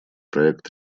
проект